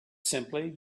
simply